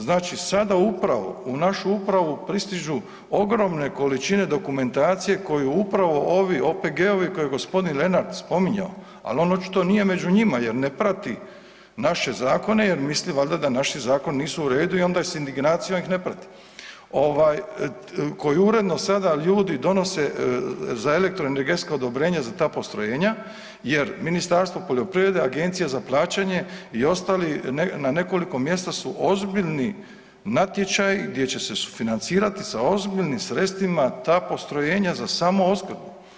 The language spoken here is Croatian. Znači sada upravo u našu upravu pristižu ogromne količine dokumentacije koju upravo ovi OPG-ovi koje je g. Lenart spominjao, al očito nije među njima jer ne prati naše zakone jer misli valjda da naši zakoni nisu u redu i onda s indignacijom ih ne prati, ovaj koji uredno sada ljudi donose za elektroenergetska odobrenja za ta postrojenja jer Ministarstvo poljoprivrede, Agencija za plaćanje i ostali na nekoliko mjesta su ozbiljni natječaji gdje će se sufinancirati za ozbiljnim sredstvima ta postrojenja za samoopskrbu.